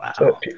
wow